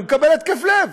הוא מקבל התקף לב.